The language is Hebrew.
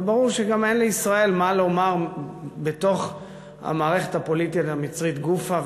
וברור שגם אין לישראל מה לומר בתוך המערכת הפוליטית המצרית גופא,